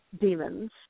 demons